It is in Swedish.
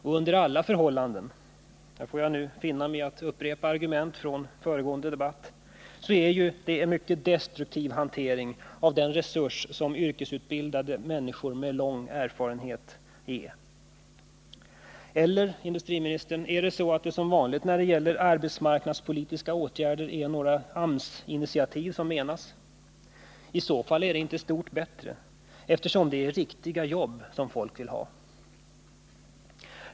Och under alla förhållanden — här får jag nu finna mig i att upprepa argument från föregående debatt — är det ju en mycket destruktiv hantering av den resurs 'som yrkesutbildade människor med lång erfarenhet är. Eller, industriministern, är det, som vanligt när det gäller arbetsmarknadspolitiska åtgärder, några AMS-initiativ som menas? I så fall är det inte stort bättre, eftersom det är riktiga jobb som folk vill ha.